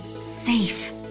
safe